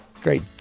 Great